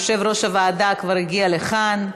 יושב-ראש הוועדה כבר הגיע לכאן.